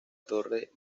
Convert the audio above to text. torre